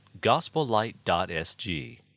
gospellight.sg